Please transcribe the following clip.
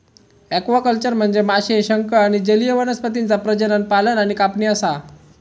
aquaculture म्हनजे माशे, शंख आणि जलीय वनस्पतींचा प्रजनन, पालन आणि कापणी असा